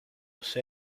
jose